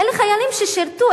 אלה חיילים ששירתו,